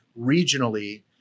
regionally